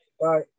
Bye